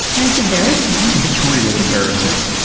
and it's embarrassing. it's really embarrassing.